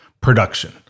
production